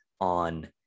on